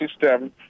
system